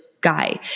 guy